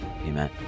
Amen